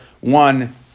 one